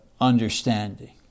understanding